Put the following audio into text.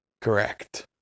Correct